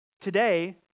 today